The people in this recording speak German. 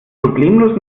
problemlos